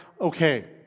okay